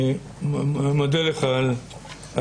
אני מודה לך על דבריך.